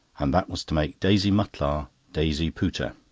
and that was to make daisy mutlar daisy pooter,